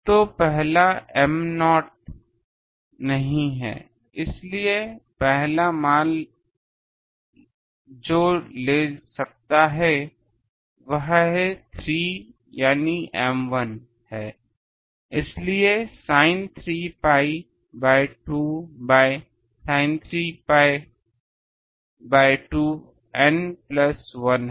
तो पहला m 0 नहीं है इसलिए पहला मान जो ले सकता है वह है 3 यानी m 1 है इसलिए sin 3 pi by 2 by sin 3 pi by 2 N plus 1 है